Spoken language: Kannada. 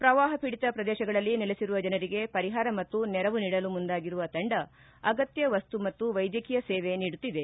ಪ್ರವಾಹ ಪೀಡಿತ ಪ್ರದೇಶಗಳಲ್ಲಿ ನೆಲೆಸಿರುವ ಜನರಿಗೆ ಪರಿಹಾರ ಮತ್ತು ನೆರವು ನೀಡಲು ಮುಂದಾಗಿರುವ ತಂಡ ಅಗತ್ಯ ವಸ್ತು ಮತ್ತು ವೈದ್ಯಕೀಯ ಸೇವೆ ನೀಡುತ್ತಿದೆ